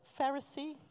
Pharisee